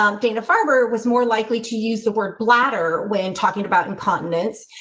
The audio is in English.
um dana farber was more likely to use the word bladder when talking about in continents.